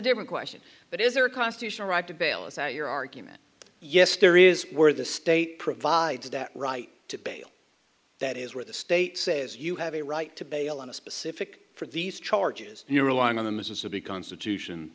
different question but is there a constitutional right to bail us out your argument yes there is where the state provides that right to bail that is where the state says you have a right to bail on a specific for these charges you're relying on the mississippi constitution